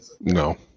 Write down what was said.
no